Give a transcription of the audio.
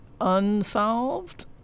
unsolved